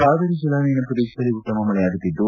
ಕಾವೇರಿ ಜಲಾನಯನ ಪ್ರದೇಶದಲ್ಲಿ ಉತ್ತಮ ಮಳೆಯಾಗುತ್ತಿದ್ದು